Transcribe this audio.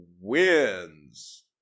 wins